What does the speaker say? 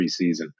preseason